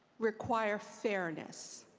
require fairness?